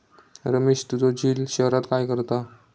रमेश तुझो झिल शहरात काय करता?